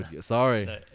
sorry